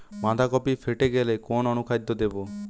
বাঁধাকপি ফেটে গেলে কোন অনুখাদ্য দেবো?